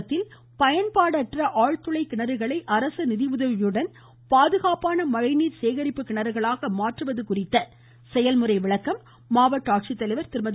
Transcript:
தேனி மாவட்டம் லட்சுமிபுரத்தில் பயன்பாடற்ற ஆழ்துளை கிணறுகளை அரசு நிதியுதவியுடன் பாதுகாப்பான மழைநீர் சேகரிப்பு கிணறுகளாக மாற்றுவது குறித்த செயல்முறை விளக்கம் மாவட்ட ஆட்சித்தலைவர் திருமதி